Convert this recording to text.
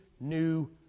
new